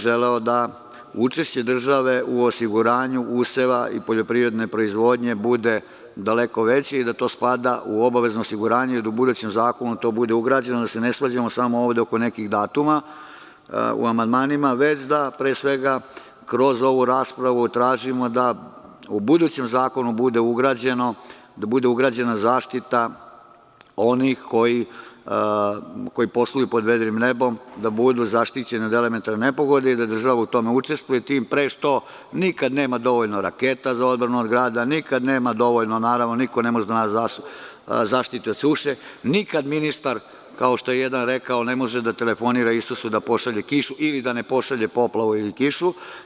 Želeo bih da učešće države u osiguranju useva i poljoprivredne proizvodnje bude daleko veći i da to spada u obavezno osiguranje i da u budućem zakonu to bude ugrađeno, da se ne svađamo ovde oko nekih datuma u amandmanima, već da kroz ovu raspravu tražimo da u budućem zakonu bude ugrađena zaštita onih koji posluju pod vedrim nebom, da budu zaštićeni od elementarnih nepogoda i da država u tome učestvuje, tim pre što nikada nema dovoljno raketa za odbranu od grada, niko ne može da nas zaštiti od suše, nikada ministar kao jedan što je rekao, ne može da telefonira Isusu da pošalje kišu ili da ne pošalje poplavu ili kišu.